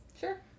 Sure